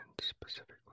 specifically